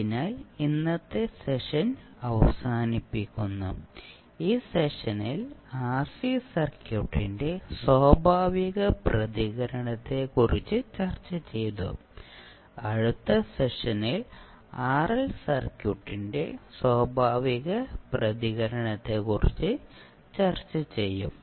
അതിനാൽ ഇന്നത്തെ സെഷൻ അവസാനിപ്പിക്കുന്നു ഈ സെഷനിൽ ആർസി സർക്യൂട്ടിന്റെ സ്വാഭാവിക പ്രതികരണത്തെക്കുറിച്ച് ചർച്ചചെയ്തു അടുത്ത സെഷനിൽ ആർഎൽ സർക്യൂട്ടിന്റെ സ്വാഭാവിക പ്രതികരണത്തെക്കുറിച്ച് ചർച്ച ചെയ്യും